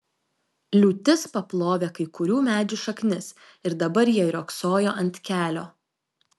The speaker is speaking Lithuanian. liūtis paplovė kai kurių medžių šaknis ir dabar jie riogsojo ant kelio